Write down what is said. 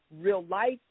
real-life